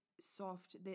soft